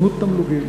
בדמות תמלוגים.